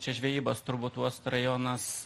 čia žvejybos turbūt uost rajonas